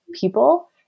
people